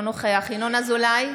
(קוראת בשמות חברי הכנסת)